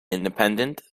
independent